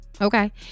okay